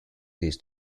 this